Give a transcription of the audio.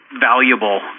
valuable